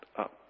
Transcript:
up